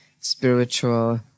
spiritual